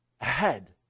ahead